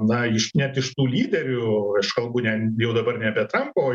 na iš net iš tų lyderių aš kalbu ne jau dabar ne apie trampą o